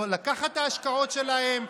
לקחת את ההשקעות שלהם,